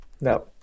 No